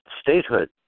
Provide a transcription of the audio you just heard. statehood